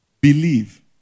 believe